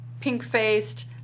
pink-faced